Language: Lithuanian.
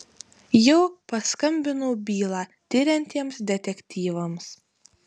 jau paskambinau bylą tiriantiems detektyvams